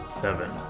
Seven